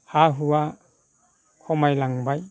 हा हुआ खमायलांबाय